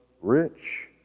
rich